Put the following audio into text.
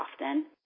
often